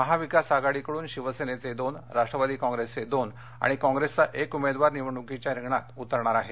महाविकास आघाडीकडून शिवसेनेचे दोन राष्ट्रवादी काँग्रेसचे दोन आणि काँग्रेसचा एक उमेदवार निवडणुकीच्या रिंगणात उतरणार आहेत